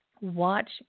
Watch